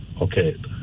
Okay